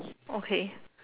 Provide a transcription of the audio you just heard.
okay